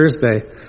Thursday